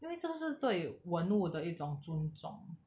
因为这个是对文物的一种尊重